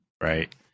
right